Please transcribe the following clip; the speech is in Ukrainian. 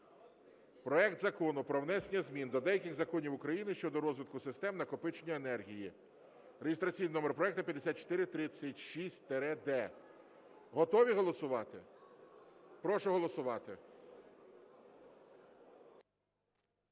проект Закону про внесення змін до деяких законів України щодо розвитку систем накопичення енергії (реєстраційний номер проекту 5436-д). Готові голосувати? Прошу голосувати.